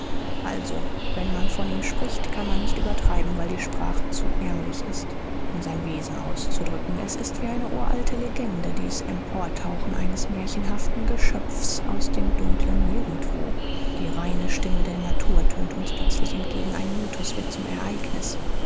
also wenn man von ihm spricht kann man nicht übertreiben weil die sprache zu ärmlich ist um sein wesen auszudrücken es ist wie eine uralte legende dies emportauchen eines märchenhaften geschöpfs aus dem dunkeln nirgendwo die reine stimme der natur tönt uns plötzlich entgegen ein mythos wird zum ereignis